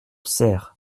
cère